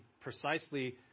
precisely